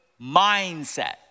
mindset